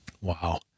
Wow